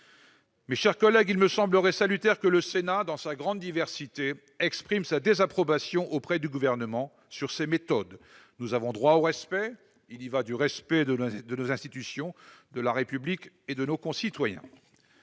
Mes chers collègues, il me semblerait salutaire que le Sénat, dans sa grande diversité, exprime sa désapprobation auprès du Gouvernement. Nous avons droit à plus de considération ! Il y va du respect des institutions de la République et de nos concitoyens.